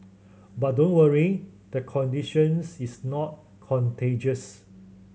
but don't worry the conditions is not contagious